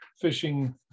fishing